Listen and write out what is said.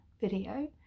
video